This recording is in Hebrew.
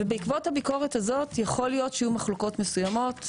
ובעקבות הביקורת הזאת יכול להיות שיהיו מחלוקות מסוימות,